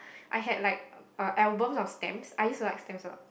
I had like a album of stamp I use like things so